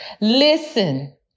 Listen